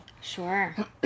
Sure